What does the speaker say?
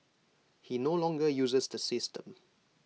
he no longer uses the system